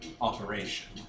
operation